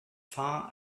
far